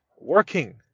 working